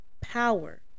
power